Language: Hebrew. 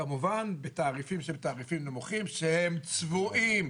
כמובן בתעריפים שהם תעריפים נמוכים שהם צבועים.